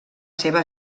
seva